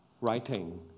writing